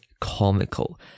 comical